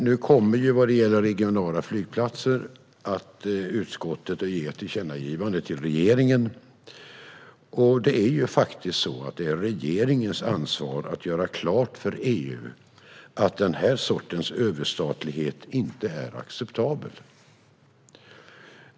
Nu kommer utskottet att ge ett tillkännagivande till regeringen vad gäller regionala flygplatser. Det är faktiskt regeringens ansvar att göra klart för EU att den här sortens överstatlighet inte är acceptabel.